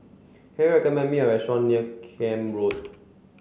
can you recommend me a restaurant near Camp Road